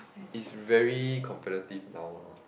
is very competitive now lor